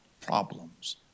problems